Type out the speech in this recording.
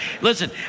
listen